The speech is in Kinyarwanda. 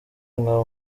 nkaba